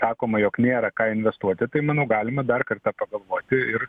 sakoma jog nėra ką investuoti tai manau galima dar kartą pagalvoti ir